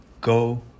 go